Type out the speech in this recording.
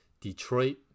Detroit